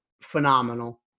phenomenal